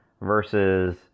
versus